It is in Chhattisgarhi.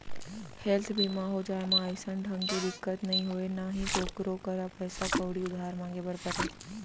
हेल्थ बीमा हो जाए म अइसन ढंग के दिक्कत नइ होय ना ही कोकरो करा पइसा कउड़ी उधार मांगे बर परय